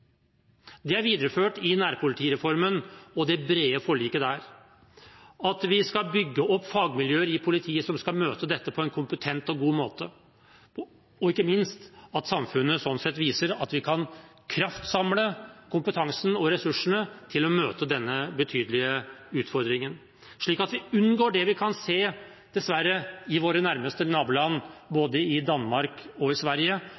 Det er videreført i nærpolitireformen og det brede forliket der at vi skal bygge opp fagmiljøer i politiet som skal møte dette på en kompetent og god måte. Ikke minst viser samfunnet sånn sett at vi kan kraftsamle kompetansen og ressursene til å møte denne betydelige utfordringen. Slik kan vi unngå det vi dessverre kan se i våre nærmeste naboland, både i Danmark og i Sverige,